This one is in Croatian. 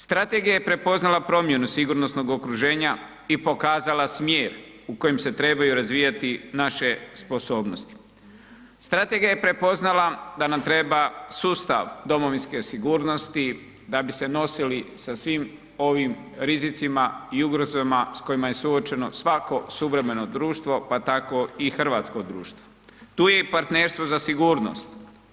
Strategija je prepoznala promjenu sigurnosnog okruženja i pokazala smjer u kojem se trebaju razvijati naše sposobnosti, strategija je prepoznala da nam treba sustav domovinske sigurnosti da bi se nosili sa svim ovim rizicima i ugrozama s kojima je suočeno svako suvremeno društvo, pa tako i hrvatsko društvo, tu je i partnerstvo za sigurnost.